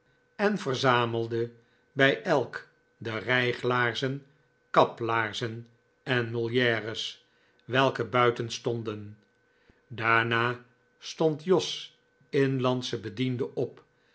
en verzamelde bij elk de rijglaarzen kaplaarzen en molieres welke buiten stonden daarna stond jos inlandsche bediende op